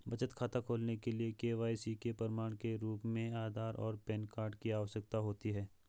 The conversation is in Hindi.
बचत खाता खोलने के लिए के.वाई.सी के प्रमाण के रूप में आधार और पैन कार्ड की आवश्यकता होती है